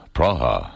Praha